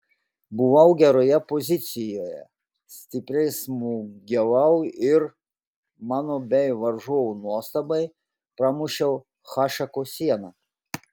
buvau geroje pozicijoje stipriai smūgiavau ir mano bei varžovų nuostabai pramušiau hašeko sieną